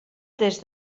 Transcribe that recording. des